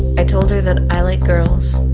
i told her that i like girls,